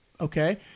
okay